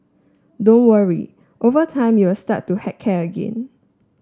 don't worry over time you'll start to heck care again